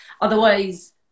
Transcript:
Otherwise